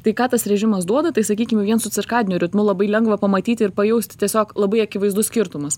tai ką tas režimas duoda tai sakykim vien su cirkadiniu ritmu labai lengva pamatyt ir pajausti tiesiog labai akivaizdus skirtumas